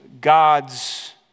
God's